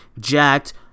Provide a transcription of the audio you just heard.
Jacked